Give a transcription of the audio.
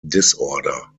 disorder